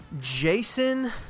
Jason